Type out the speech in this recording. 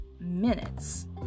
minutes